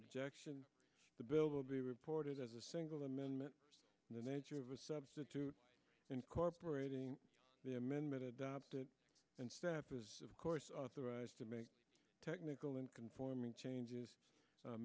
objection the bill will be reported as a single amendment in the nature of a substitute incorporating the amendment adopted and of course authorized to make technical and conforming changes